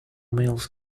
mills